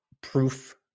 proof